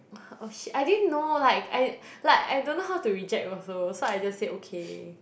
oh shit I didn't know like I like I don't know how to reject also so I just say okay